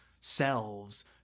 selves